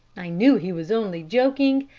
i knew he was only joking,